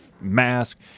mask